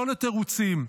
לא לתירוצים.